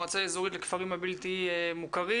מועצה אזורית לכפרים הבלתי מוכרים.